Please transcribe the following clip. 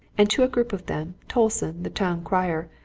and to a group of them, tolson, the town-crier,